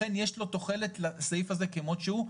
לכן יש לו תוחלת לסעיף הזה כמות שהוא,